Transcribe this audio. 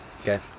Okay